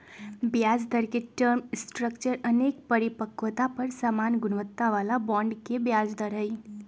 ब्याजदर के term structure अनेक परिपक्वता पर समान गुणवत्ता बला बॉन्ड के ब्याज दर हइ